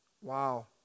Wow